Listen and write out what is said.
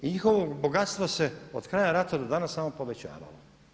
I njihovo bogatstvo se od kraja rata do danas samo povećavalo.